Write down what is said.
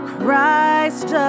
Christ